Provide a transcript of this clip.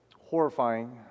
horrifying